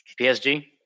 PSG